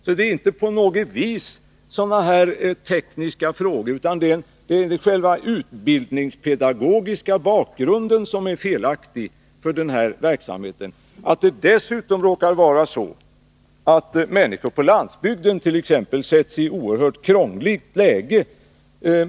Det handlar inte på något vis om tekniska frågor, utan det är själva den utbildningspedagogiska bakgrunden som är felaktig för den här verksamheten. Dessutom sätts människorna på landsbygden i ett oerhört krångligt läge.